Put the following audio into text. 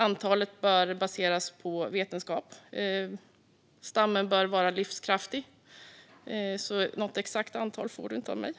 Antalet bör baseras på vetenskap. Stammen bör vara livskraftig. Något exakt antal får du alltså inte av mig.